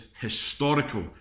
historical